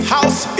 House